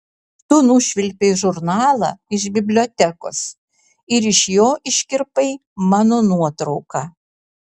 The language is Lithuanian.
tu nušvilpei žurnalą iš bibliotekos ir iš jo iškirpai mano nuotrauką